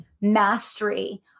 mastery